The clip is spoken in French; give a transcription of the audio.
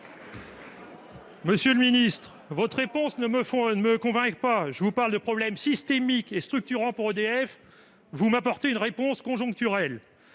Monsieur le ministre, votre réponse ne me convainc pas. Je vous parle des problèmes systémiques et structurants d'EDF, et vous n'apportez qu'une réponse conjoncturelle.